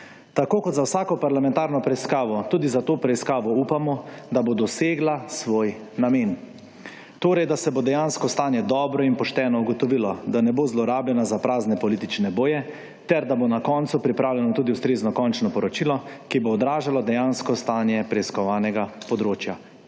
Tako kot za vsako parlamentarno preiskavo tudi za to preiskavo upamo, da bo dosegla svoj namen. Torej da se bo dejansko stanje dobro in pošteno ugotovilo, da ne bo zlorabljana za prazne politične boje ter da bo na koncu pripravljeno tudi ustrezno končno poročilo, ki bo odražalo dejansko stanje preiskovanega področja.